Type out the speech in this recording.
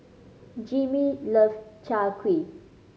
Jimmie love Chai Kuih